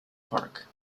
park